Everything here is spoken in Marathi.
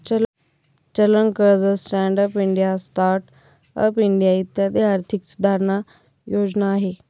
चलन कर्ज, stand up India, start up India इत्यादी आर्थिक सुधारणा योजना आहे